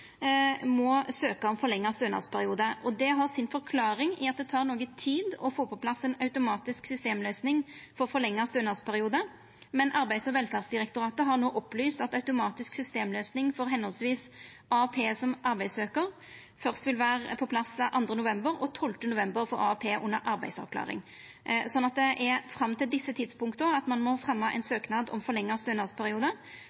Det har forklaring i at det tek noko tid å få på plass ei automatisk systemløysing for forlengd stønadsperiode. Arbeids- og velferdsdirektoratet har no opplyst at ei automatisk systemløysing for AAP som arbeidssøkjar først vil vera på plass 2. november, og 12. november for AAP under arbeidsavklaring. Det er fram til desse tidspunkta ein må fremja ein